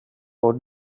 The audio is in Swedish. och